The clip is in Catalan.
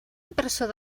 impressor